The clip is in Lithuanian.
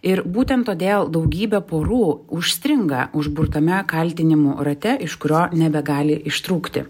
ir būtent todėl daugybė porų užstringa užburtame kaltinimų rate iš kurio nebegali ištrūkti